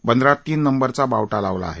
बंदरात तीन नंबरचा बावटा लावला आहे